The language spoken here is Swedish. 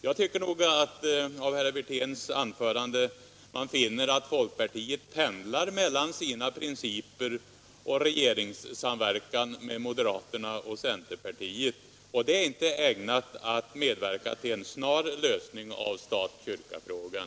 Jag tycker att man finner av herr Wirténs anförande att folkpartiet pendlar mellan sina principer och regeringssamverkan med moderaterna och centerpartiet. Det är inte ägnat att medverka till en snar lösning av stat-kyrka-frågan.